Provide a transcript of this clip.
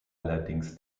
allerdings